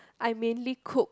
I mainly cook